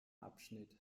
abschnitt